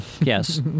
Yes